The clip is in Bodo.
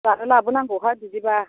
जानो लाबोनांगौहाय बिदिबा